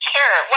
Sure